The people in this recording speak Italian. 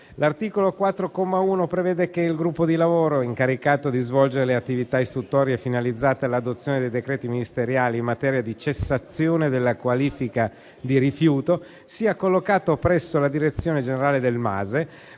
L'articolo 4, comma 1, prevede che il gruppo di lavoro incaricato di svolgere le attività istruttorie finalizzate all'adozione dei decreti ministeriali in materia di cessazione della qualifica di rifiuto sia collocato presso la direzione generale del MASE